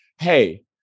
hey